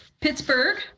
Pittsburgh